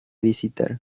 visitar